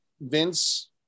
Vince